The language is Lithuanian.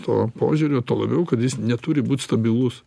to požiūrio tuo labiau kad jis neturi būt stabilus